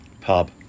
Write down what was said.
pub